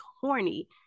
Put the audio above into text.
horny